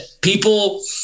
people